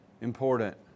important